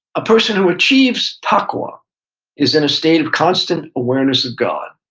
a person who achieves taqwa is in a state of constant awareness of god.